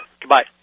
Goodbye